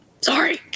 Sorry